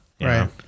Right